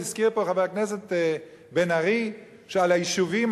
הזכיר פה חבר הכנסת בן-ארי שעל היישובים,